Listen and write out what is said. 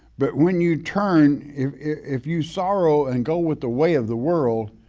but when you turn, if if you sorrow and go with the way of the world,